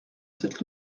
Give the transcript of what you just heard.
cette